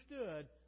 understood